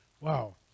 Wow